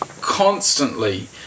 constantly